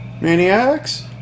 Maniacs